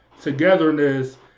togetherness